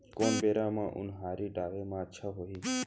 कोन बेरा म उनहारी डाले म अच्छा होही?